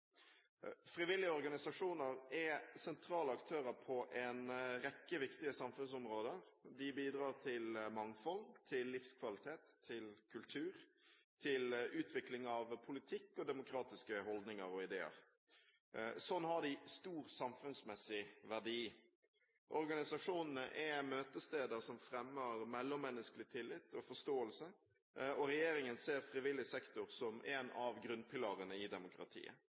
Frivillige organisasjoner er sentrale aktører på en rekke viktige samfunnsområder. De bidrar til mangfold, til livskvalitet, til kultur, til utvikling av politikk og demokratiske holdninger og ideer. Slik har de stor samfunnsmessig verdi. Organisasjonene er møtesteder som fremmer mellommenneskelig tillit og forståelse. Regjeringen ser frivillig sektor som en av grunnpilarene i demokratiet.